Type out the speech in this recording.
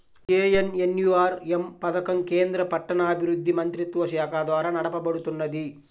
JNNURM పథకం కేంద్ర పట్టణాభివృద్ధి మంత్రిత్వశాఖ ద్వారా నడపబడుతున్నది